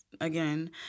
again